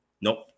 Nope